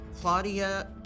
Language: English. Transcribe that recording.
Claudia